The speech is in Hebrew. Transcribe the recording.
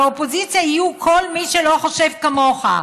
באופוזיציה יהיו כל מי שלא חושב כמוך,